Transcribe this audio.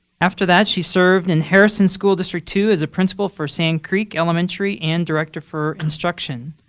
after that, she served in harrison school district two as a principal for sand creek elementary and director for instruction.